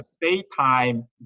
daytime